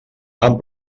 amb